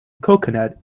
coconut